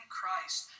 Christ